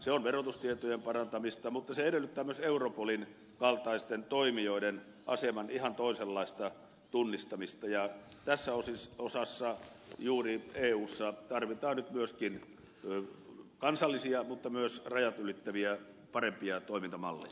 se on verotustietojen parantamista mutta se edellyttää myös europolin kaltaisten toimijoiden aseman ihan toisenlaista tunnistamista ja tässä osassa juuri eussa tarvitaan nyt myöskin kansallisia mutta myös rajat ylittäviä parempia toimintamalleja